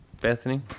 Bethany